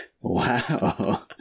Wow